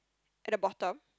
at the bottom